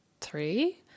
three